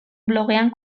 blogean